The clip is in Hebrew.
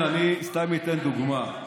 אני סתם אתן דוגמה.